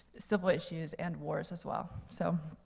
civil issues and wars as well. so,